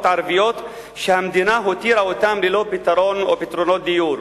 ערביות שהמדינה הותירה אותם ללא פתרון או פתרונות דיור.